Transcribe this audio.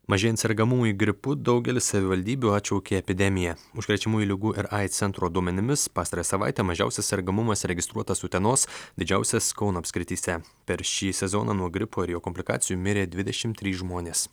mažėjant sergamumui gripu daugelis savivaldybių atšaukė epidemiją užkrečiamųjų ligų ir aids centro duomenimis pastarąją savaitę mažiausias sergamumas registruotas utenos didžiausias kauno apskrityse per šį sezoną nuo gripo ir jo komplikacijų mirė dvidešimt trys žmonės